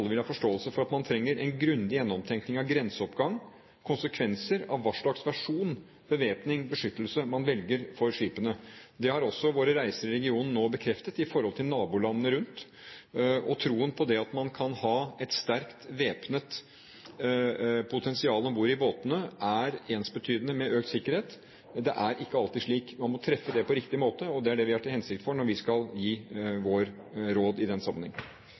vil ha forståelse for at man trenger en grundig gjennomtenkning av grenseoppgang – konsekvenser av hva slags versjon av bevæpning/beskyttelse man velger for skipene. Det har også våre reiser i regionen nå bekreftet i forhold til nabolandene rundt. Det er en tro på at et sterkt væpnet potensial om bord i båtene er ensbetydende med økt sikkerhet. Det er ikke alltid slik. Man må treffe det på riktig måte, og det er det vi har til hensikt å gjøre når vi skal gi vårt råd i den sammenheng.